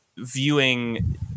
viewing